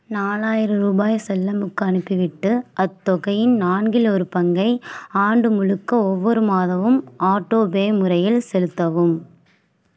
நாலாயிரம் ரூபாயை செல்லமுக்கு அனுப்பிவிட்டு அத்தொகையின் நான்கில் ஒரு பங்கை ஆண்டு முழுக்க ஒவ்வொரு மாதமும் ஆட்டோபே முறையில் செலுத்தவும்